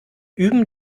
üben